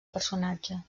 personatge